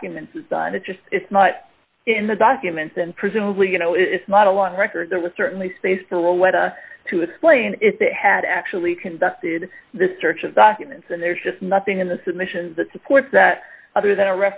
documents is done it's just it's not in the documents and presumably you know it's not a long record there was certainly space for all let us to explain if they had actually conducted this search of documents and there's just nothing in the submission that supports that other than a